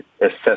assess